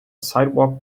sidewalk